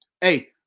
hey